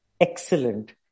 excellent